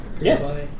Yes